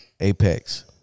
Apex